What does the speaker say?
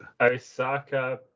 Osaka